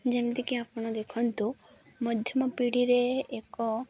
ଯେମିତିକି ଆପଣ ଦେଖନ୍ତୁ ମଧ୍ୟମ ପିଢ଼ିରେ ଏକ